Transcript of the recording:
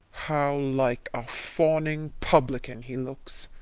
how like a fawning publican he looks!